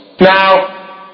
now